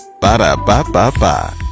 Ba-da-ba-ba-ba